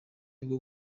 bwo